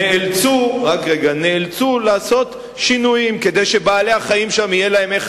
נאלצו לעשות שינויים כדי שלבעלי-החיים שם יהיה איך